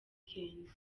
kenzo